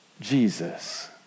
Jesus